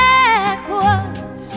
Backwards